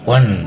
One